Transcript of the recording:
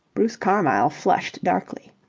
bruce carmyle flushed darkly.